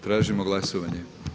Tražimo glasovanje.